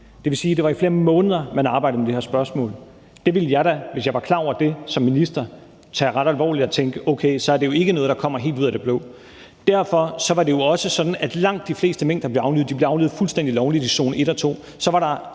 Det vil sige, at det var i flere måneder, man arbejdede med det her spørgsmål. Jeg ville da, hvis jeg var klar over det som minister, tage det ret alvorligt og tænke: Okay, så er det jo ikke noget, der kommer helt ud af det blå. Derfor var jo også sådan, at langt de fleste mink, der blev aflivet, blev aflivet fuldstændig lovligt i zone 1 og 2.